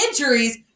injuries